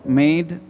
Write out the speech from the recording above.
made